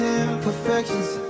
imperfections